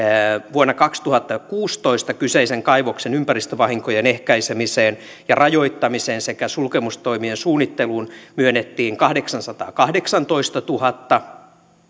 vuonna kaksituhattakuusitoista kyseisen kaivoksen ympäristövahinkojen ehkäisemiseen ja rajoittamiseen sekä sulkemistoimien suunnitteluun myönnettiin kahdeksansataakahdeksantoistatuhatta euroa